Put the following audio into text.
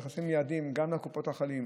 צריך לשים יעדים גם לקופות החולים.